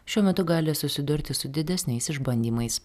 šiuo metu gali susidurti su didesniais išbandymais